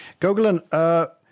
Gogolin